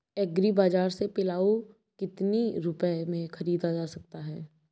Agree Bazaar से पिलाऊ कितनी रुपये में ख़रीदा जा सकता है?